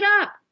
up